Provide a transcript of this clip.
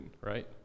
right